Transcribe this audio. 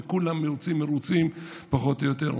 וכולם יוצאים מרוצים פחות או יותר.